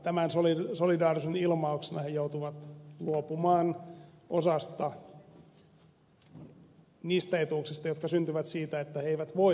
tämän solidaarisuuden ilmauksena he joutuvat luopumaan osasta niistä etuuksista jotka syntyvät siitä että he eivät voi olla työssä